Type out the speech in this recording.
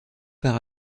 par